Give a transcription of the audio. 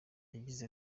yagize